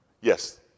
Yes